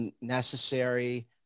necessary